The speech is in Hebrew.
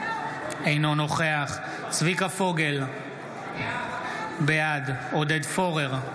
אינו נוכח צביקה פוגל, בעד עודד פורר,